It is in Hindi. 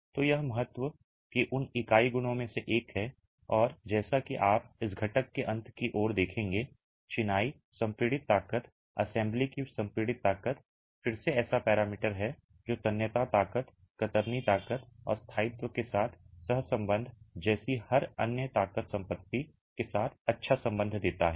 तो यह महत्व की उन इकाई गुणों में से एक है और जैसा कि आप इस घटक के अंत की ओर देखेंगे चिनाई संपीड़ित ताकत असेंबली की संपीड़ित ताकत फिर से ऐसा पैरामीटर है जो तन्यता ताकत कतरनी ताकत और स्थायित्व के साथ सहसंबंध जैसी हर अन्य ताकत संपत्ति के साथ अच्छा संबंध देता है